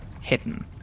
hidden